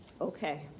Okay